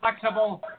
flexible